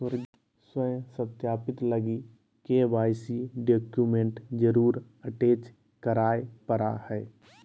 स्व सत्यापित लगी के.वाई.सी डॉक्यूमेंट जरुर अटेच कराय परा हइ